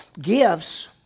Gifts